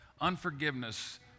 unforgiveness